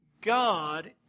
God